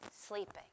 sleeping